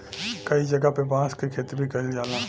कई जगह पे बांस क खेती भी कईल जाला